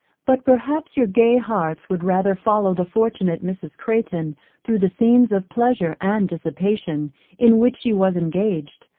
but perhaps your gay hearts would rather follow the fortunate mrs. crayton through the scenes of pleasure and dissipation in which she was engaged,